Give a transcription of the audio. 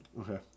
Okay